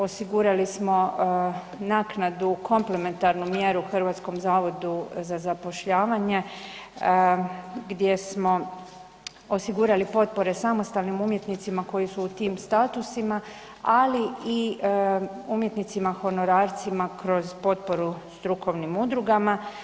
Osigurali smo naknadu komplementarnu mjeru Hrvatskom zavodu za zapošljavanje gdje smo osigurali potpore samostalnim umjetnicima koji su u tim statusima, ali i umjetnicima honorarcima kroz potporu strukovnim udrugama.